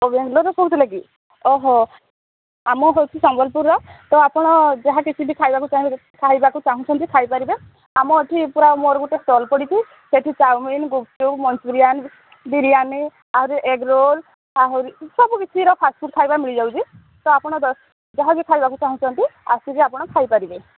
ଓ ବେଙ୍ଗଲୋରରୁ କହୁଥିଲେ କି ଓହୋ ଆମ ହଉଚି ସମ୍ବଲପୁରର ତ ଆପଣ ଯାହା କିଛି ବି ଖାଇବାକୁ ଚାହିଁବେ ଖାଇବାକୁ ଚାହୁଁଛନ୍ତି ଖାଇପାରିବେ ଆମ ଏଠି ପୁରା ମୋର ଗୋଟେ ଷ୍ଟଲ ପଡ଼ିଚି ସେଠି ଚାଓମିନ ଗୁପ୍ଚୁପ୍ ମଞ୍ଚୁରିଆନ୍ ବିରିୟାନୀ ଆହୁରି ଏଗ ରୋଲ୍ ଆହୁରି ସବୁକିଛିର ଫାଷ୍ଟଫୁଡ଼ ଖାଇବା ମିଳିଯାଉଚି ତ ଆପଣ ଯାହା ବି ଖାଇବାକୁ ଚାହୁଁଛନ୍ତି ଆସିକି ଆପଣ ଖାଇପାରିବେ